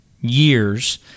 years